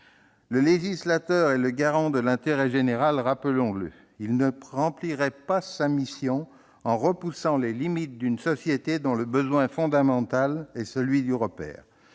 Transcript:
Le législateur est le garant de l'intérêt général, rappelons-le. Il ne remplirait pas sa mission en repoussant les limites d'une société dont le besoin fondamental est celui du repère.